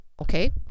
Okay